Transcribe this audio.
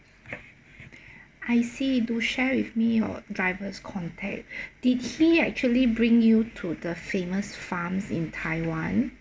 I see do share with me your driver's contact did he actually bring you to the famous farms in taiwan